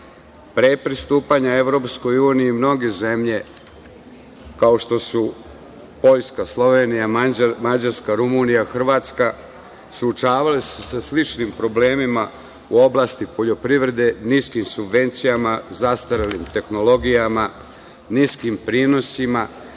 pristupanja EU mnoge zemlje, kao što su Poljska, Slovenija, Mađarska, Rumunija, Hrvatska, suočavale su se sa sličnim problemima u oblasti poljoprivrede, niskim subvencijama, zastarelim tehnologijama, niskim prinosima